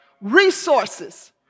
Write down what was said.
resources